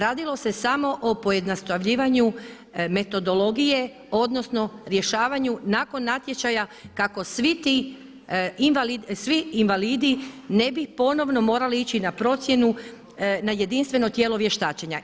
Radilo se samo o pojednostavljivanju metodologije odnosno rješavanju nakon natječaja kako svi invalidi ne bi ponovno morali ići na procjenu na jedinstveno tijelo vještačenja.